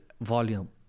volume